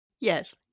Yes